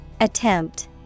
Attempt